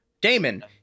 Damon